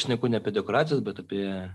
šneku ne apie dekoracijas bet apie